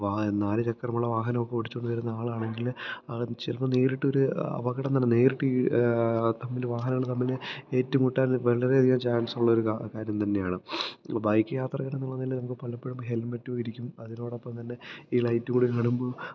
നാല് ചക്രമുള്ള വാഹനമൊക്കെ ഓടിച്ചോണ്ട് വരുന്ന ആളാണെങ്കില് ആള് ചിലപ്പം നേരിട്ടൊരു അപകടം തന്നെ നേരിട്ട് ഇ തമ്മില് വാഹനങ്ങള് തമ്മില് ഏറ്റ്മുട്ടാന് വളരേയധികം ചാന്സ് ഉള്ളൊരു കാര്യം തന്നെയാണ് ബൈക്ക് യാത്രക്കാരനെന്നുള്ള നിലയിൽ നമുക്ക് പലപ്പഴും ഹെല്മെറ്റും ഇരിക്കും അതിനോടൊപ്പം തന്നെ ഈ ലൈറ്റും കൂടെ അങ്ങിടുമ്പോൾ